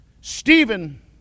stephen